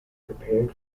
prepared